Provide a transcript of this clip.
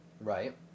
right